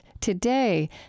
Today